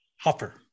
hopper